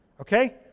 okay